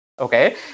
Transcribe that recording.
okay